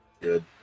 Good